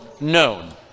known